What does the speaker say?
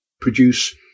produce